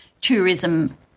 tourism